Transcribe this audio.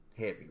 Heavy